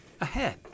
Ahead